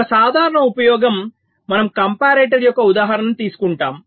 ఒక సాధారణ ఉపయోగం మనం కంపారేటర్ యొక్క ఉదాహరణను తీసుకుంటాము